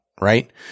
Right